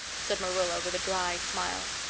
said marilla with a dry smile.